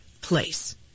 place